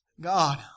God